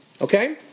Okay